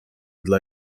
dla